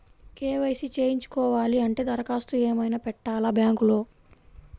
KYC చేయించుకోవాలి అంటే దరఖాస్తు ఏమయినా పెట్టాలా బ్యాంకులో?